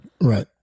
Right